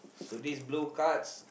so these blue cards